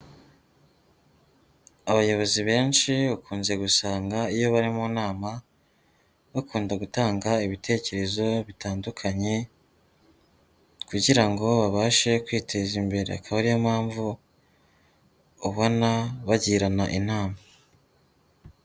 Abayobozi benshi, ukunze gusanga iyo bari mu nama, bakunda gutanga ibitekerezo bitandukanye kugira ngo babashe kwiteza imbere. Akaba ari yo mpamvu ubona bagirana inama.